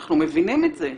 אנחנו מבינים את זה,